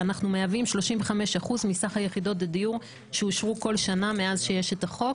ואנחנו מהווים 35% מסך יחידות הדיור שאושרו בכל שנה מאז שיש את החוק.